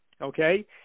okay